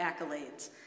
accolades